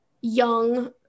young